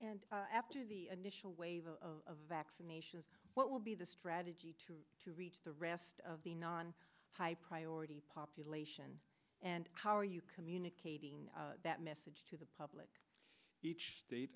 and after the initial wave of vaccinations what will be the strategy to reach the rest of the non high priority population and how are you communicating that message to the public each state